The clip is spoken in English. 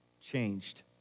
changed